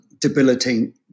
debilitating